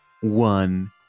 one